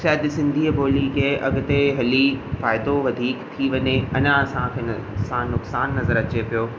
शायदि सिंधीअ ॿोली खे अॻिते हली फ़ाइदो वधीक थी वञे अञा असांखे न नुक़सानु नज़र अचे पियो